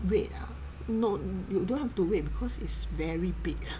wait ah no you don't have to wait because it's very big